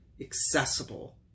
accessible